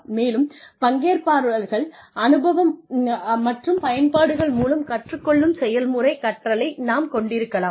மேலும் பங்கேற்பாளர்கள் அனுபவம் மற்றும் பயன்பாடுகள் மூலம் கற்றுக் கொள்ளும் செயல் முறை கற்றலை நாம் கொண்டிருக்கலாம்